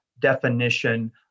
definition